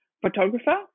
photographer